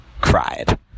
cried